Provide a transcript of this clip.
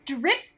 drip